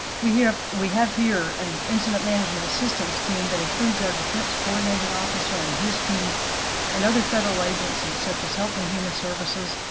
we have we have here an incident management assistance team that includes defense coordinate an officer and his team and other federal agencies such as health and human services,